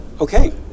Okay